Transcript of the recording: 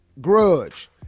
grudge